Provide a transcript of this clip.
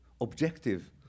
objective